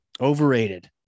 Overrated